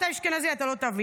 אתה אשכנזי, אתה לא תבין.